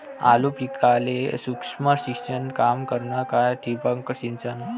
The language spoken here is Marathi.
आलू पिकाले सूक्ष्म सिंचन काम करन का ठिबक सिंचन?